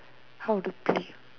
how to play